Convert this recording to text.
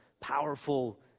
powerful